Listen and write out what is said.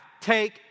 Take